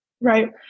Right